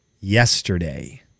yesterday